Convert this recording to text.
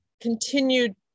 continued